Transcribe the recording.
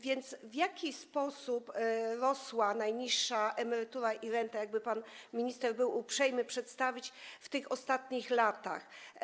W jaki sposób rosły najniższa emerytura i renta, jakby pan minister był uprzejmy przedstawić, w ostatnich latach?